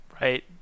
Right